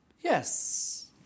Yes